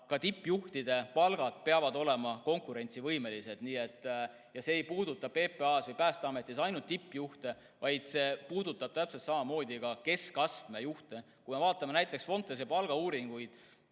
ka tippjuhtide palgad peavad olema konkurentsivõimelised ja see ei puuduta PPA-s või Päästeametis ainult tippjuhte, see puudutab täpselt samamoodi ka keskastme juhte. Vaatame näiteks Fontese palgauuringut